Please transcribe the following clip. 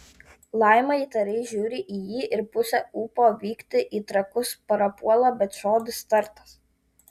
laima įtariai žiūri į jį ir pusė ūpo vykti į trakus prapuola bet žodis tartas